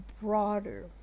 broader